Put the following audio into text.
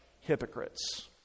hypocrites